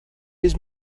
his